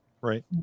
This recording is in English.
Right